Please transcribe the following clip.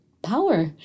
Power